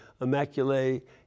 Immaculate